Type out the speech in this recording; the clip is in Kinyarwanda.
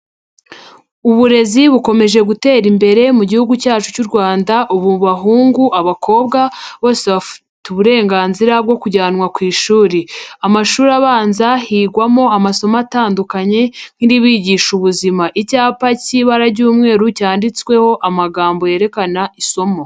Uburezi bukomeje gutera imbere mu gihugu cyacu cy'u Rwanda, ubu abahungu, abakobwa bose bafite uburenganzira bwo kujyanwa ku ishuri, amashuri abanza higwamo amasomo atandukanye nk'iribigisha ubuzima, icyapa cy'ibara ry'umweru cyanditsweho amagambo yerekana isomo.